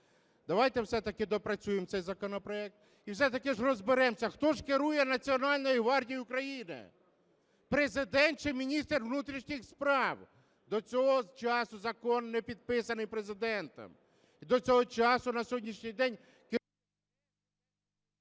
Давайте все-таки доопрацюємо цей законопроект і все-таки розберемося, хто ж керує Національною гвардією України – Президент чи міністр внутрішніх справ. До цього часу закон не підписаний Президентом. І до цього часу на сьогоднішній день… ГОЛОВУЮЧИЙ.